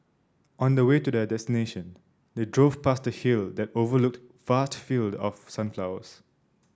on the way to their destination they drove past a hill that overlooked vast field of sunflowers